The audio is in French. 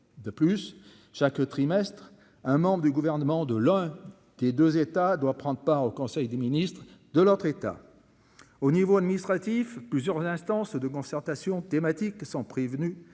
de plus chaque trimestre un membre du gouvernement de l'un des 2 États doivent prendre part au conseil des ministres de l'autre État. Au niveau administratif, plusieurs l'instance de concertation thématiques sont prévenus